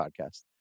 Podcast